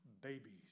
babies